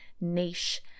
niche